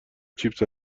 چیپس